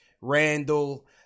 Randall